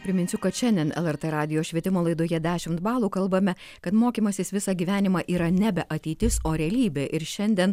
priminsiu kad šiandien lrt radijo švietimo laidoje dešimt balų kalbame kad mokymasis visą gyvenimą yra nebe ateitis o realybė ir šiandien